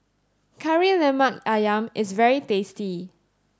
Kari Lemak Ayam is very tasty